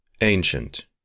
ancient